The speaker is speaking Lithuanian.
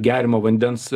geriamo vandens